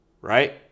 right